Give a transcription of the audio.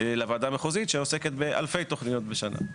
לוועדה המחוזית שעוסקת באלפי תוכניות בשנה.